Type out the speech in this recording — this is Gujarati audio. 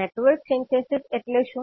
નેટવર્ક સિન્થેસિસ એટલે શું